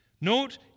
Note